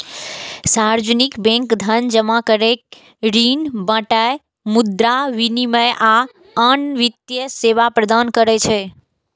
सार्वजनिक बैंक धन जमा करै, ऋण बांटय, मुद्रा विनिमय, आ आन वित्तीय सेवा प्रदान करै छै